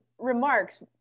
remarks